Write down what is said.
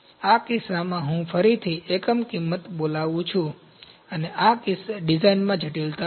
આ કિસ્સામાં હું ફરીથી એકમ કિંમત બોલાવું છું અને આ ડિઝાઇનમાં જટિલતા છે